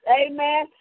amen